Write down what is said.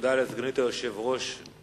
לסגנית היושב-ראש,